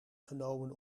genomen